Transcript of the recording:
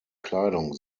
kleidung